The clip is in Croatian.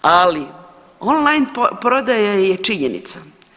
Ali on-line prodaja je činjenica.